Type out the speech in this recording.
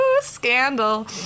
scandal